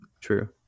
True